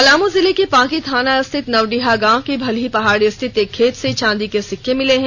पलामू जिले के पांकी थाना स्थित नवडीहा गांव की भलही पहाड़ी स्थित एक खेत से चांदी के सिक्के मिले हैं